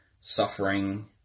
suffering